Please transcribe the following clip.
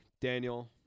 Daniel